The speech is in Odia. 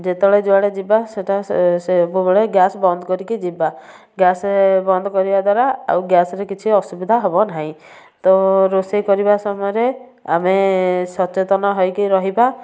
ଯେତେବେଳେ ଯୁଆଡ଼େ ଯିବା ସେଟା ସେ ସବୁବେଳେ ଗ୍ୟାସ୍ ବନ୍ଦ କରିକି ଯିବା ଗ୍ୟାସ୍ ବନ୍ଦ କରିବା ଦ୍ୱାରା ଆଉ ଗ୍ୟାସ୍ରେ କିଛି ଅସୁବିଧା ହେବନାହିଁ ତ ରୋଷେଇ କରିବା ସମୟରେ ଆମେ ସଚେତନ ହେଇକି ରହିବା